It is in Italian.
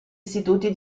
istituti